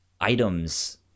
items